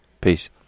Peace